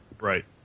Right